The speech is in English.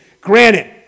Granted